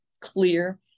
clear